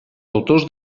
deutors